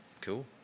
cool